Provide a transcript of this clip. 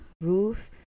roof